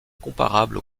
comparable